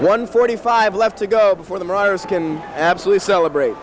one forty five left to go before the writers can absolutely celebrate